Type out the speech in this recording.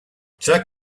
jerk